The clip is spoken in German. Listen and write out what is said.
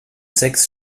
sechs